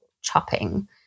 chopping